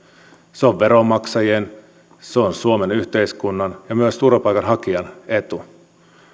se on veronmaksajien se on suomen yhteiskunnan ja myös turvapaikanhakijan etu